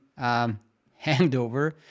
handover